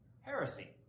Heresy